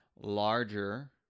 larger